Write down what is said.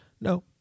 No